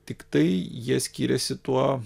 tiktai jie skyrėsi tuo